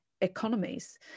economies